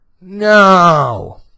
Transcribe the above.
No